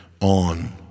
on